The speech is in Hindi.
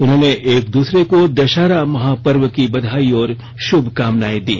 उन्होंने एक दूसरे को दशहरा महापर्व की बधाई और शुभकामनाएं दी